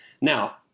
Now